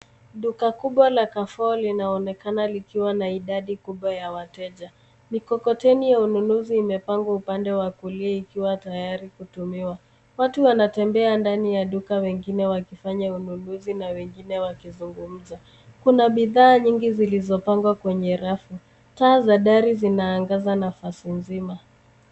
Duka kubwa la Carrefour linaonekana likiwa na idadi kubwa ya wateja. Mikokoteni ya ununuzi imepangwa upande wa kulia ikiwa tayari kutumiwa. Watu wanatembea ndani ya duka wengine wakifanya ununuzi na wengine wakizungumza. Kuna bidhaa nyingi zilizopangwa kwenye rafu. Taa za dari zinaangaza nafasi nzima.